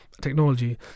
technology